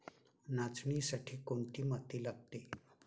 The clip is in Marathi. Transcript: नाचणीसाठी कोणती माती लागते?